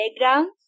background